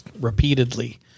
repeatedly